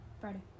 Friday